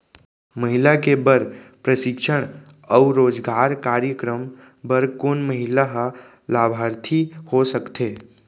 महिला के बर प्रशिक्षण अऊ रोजगार कार्यक्रम बर कोन महिला ह लाभार्थी हो सकथे?